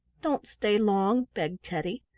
don't stay long, begged teddy.